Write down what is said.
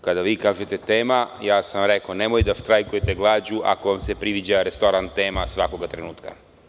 Kada vi kažete tema, rekao sam nemojte da štrajkujete glađu ako vam se priviđa restoran „Tema“ svakoga trenutka.